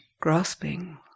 grasping